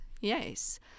yes